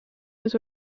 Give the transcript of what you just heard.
his